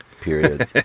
Period